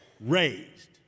raised